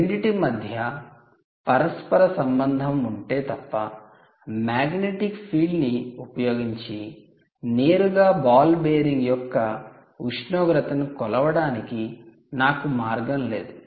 రెండిటి మధ్య పరస్పర సంబంధం ఉంటే తప్ప మాగ్నెటిక్ ఫీల్డ్ ని ఉపయోగించి నేరుగా బాల్ బేరింగ్ యొక్క ఉష్ణోగ్రతను కొలవడానికి నాకు మార్గం లేదు